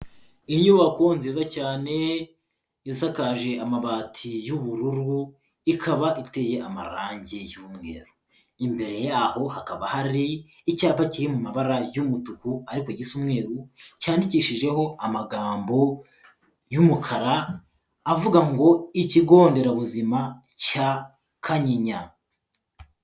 Inyubako nziza cyane isakaje amabati y'ubururu ikaba iteye amarangi y'umweru, imbere yaho hakaba hari icyapa kiri mabara y'umutuku ariko gisa umweru cyandikishijeho amagambo y'umukara avuga ngo ikigo nderabuzima cya Kanyinya.